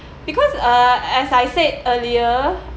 because uh as I said earlier